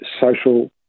social